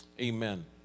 Amen